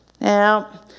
Now